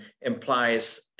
implies